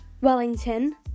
Wellington